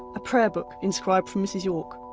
a prayer book inscribed from mrs york,